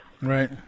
Right